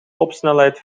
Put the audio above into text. topsnelheid